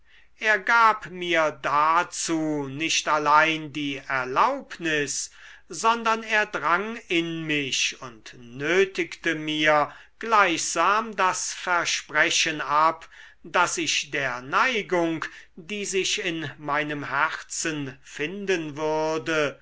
er gab mir dazu nicht allein die erlaubnis sondern er drang in mich und nötigte mir gleichsam das versprechen ab daß ich der neigung die sich in meinem herzen finden würde